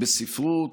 בספרות.